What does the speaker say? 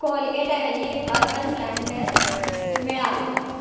कोलगेटऐवजी urban planter मिळाला